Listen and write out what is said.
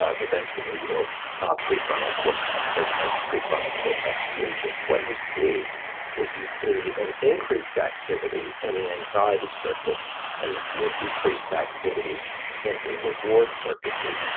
ah the ventromedial ah prefrontal cortex. so in those prefrontal cortex regions. what you see is you see an increased activity in the anxiety circuits and you see a decreased activity in the reward circuitry.